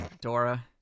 Dora